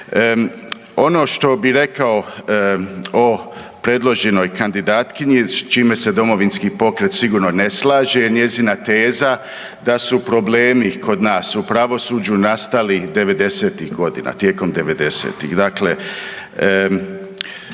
Ono što bi rekao o predloženoj kandidatkinji, s čime se Domovinski pokret sigurno ne slaže je njezina teza da su problemi kod nas u pravosuđu nastali 90-ih godina, tijekom 90-ih.